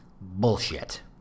bullshit